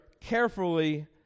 carefully